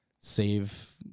save